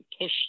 push